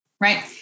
right